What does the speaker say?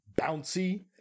bouncy